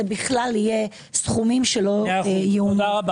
זה בכלל יהיו סכומים שלא ייאמנו.